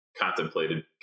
contemplated